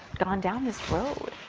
gone down this road.